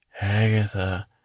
Agatha